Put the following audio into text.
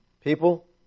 People